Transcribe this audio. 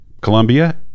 Colombia